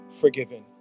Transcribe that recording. forgiven